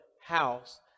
House